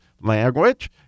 language